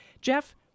Jeff